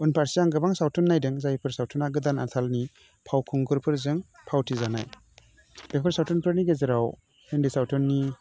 उनफारसे आं गोबां सावथुन नायदों जायफोर सावथुना गोदान आथालनि फावखुंगुरफोरजों फाव होजानाय बेफोर सावथुनफोरनि गेजेराव हिन्दी सावथुननि